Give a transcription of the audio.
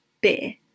beer